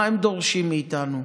מה הם דורשים מאיתנו.